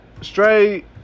straight